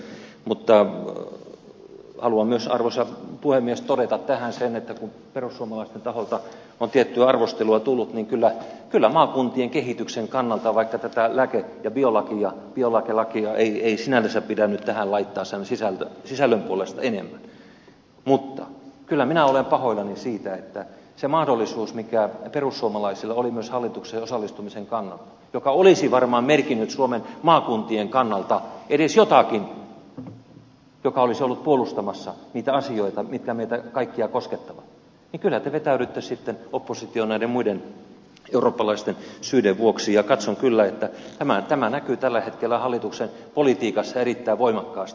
mutta haluan myös arvoisa puhemies todeta tähän sen että kun perussuomalaisten taholta on tiettyä arvostelua tullut niin kyllä maakuntien kehityksen kannalta vaikka tätä lääke ja biopankkilakia ei sinänsä pidä nyt tähän laittaa sen sisällön puolesta enemmän minä olen pahoillani siitä että se mahdollisuus mikä perussuomalaisilla oli myös hallitukseen osallistumisen kannalta joka olisi varmaan merkinnyt suomen maakuntien kannalta edes jotakin joka olisi ollut puolustamassa niitä asioita jotka meitä kaikkia koskettavat niin kyllä te vetäydyitte sitten oppositioon näiden muiden eurooppalaisten syiden vuoksi ja katson kyllä että tämä näkyy tällä hetkellä hallituksen politiikassa erittäin voimakkaasti